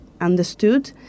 understood